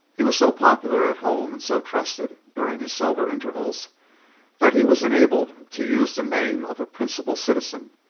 he was so popular at home, and so trusted during his sober intervals that he was enabled to use the name of a principal citizen,